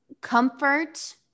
comfort